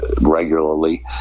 regularly